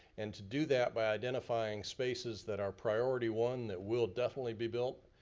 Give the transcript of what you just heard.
and to do that, by identifying spaces that are priority one, that will definitely be built,